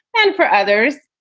and for others,